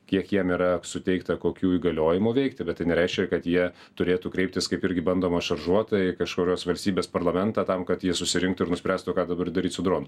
kiek jam yra suteikta kokių įgaliojimų veikti bet tai nereiškia kad jie turėtų kreiptis kaip irgi bandoma šaržuot tai kažkurios valstybės parlamentą tam kad jie susirinktų ir nuspręstų ką dabar daryt su dronu